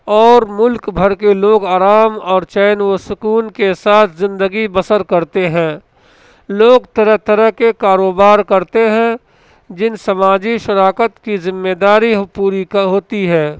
اور ملک بھر کے لوگ آرام اور چین و سکون کے ساتھ زندگی بسر کرتے ہیں لوگ طرح طرح کے کاروبار کرتے ہیں جن سماجی شراکت کی ذمہ داری ہو پوری کا ہوتی ہے